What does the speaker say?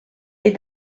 est